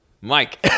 Mike